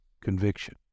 conviction